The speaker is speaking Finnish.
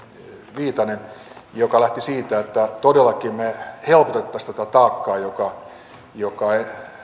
viitanen joka lähti siitä että todellakin helpotettaisiin tätä taakkaa joka joka